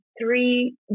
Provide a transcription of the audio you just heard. three